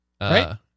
Right